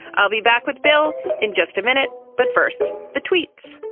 i'll be back with bill in just a minute but first, the tweets